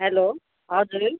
hello हजुर